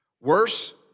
Worse